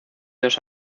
dos